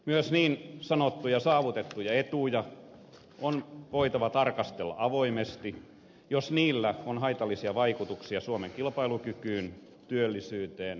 myös niin sanottuja saavutettuja etuja on voitava tarkastella avoimesti jos niillä on haitallista vaikutuksia suomen kilpailukykyyn työllisyyteen ja talouskasvuun